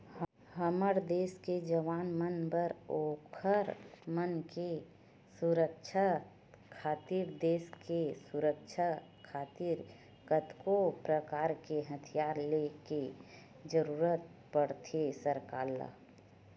हमर देस के जवान मन बर ओखर मन के सुरक्छा खातिर देस के सुरक्छा खातिर कतको परकार के हथियार ले के जरुरत पड़थे सरकार ल